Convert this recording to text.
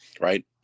right